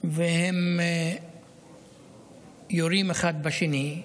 והם יורים אחד בשני,